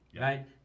Right